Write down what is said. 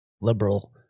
liberal